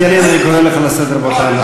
חבר הכנסת ילין, אני קורא אותך לסדר בפעם הראשונה.